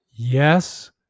Yes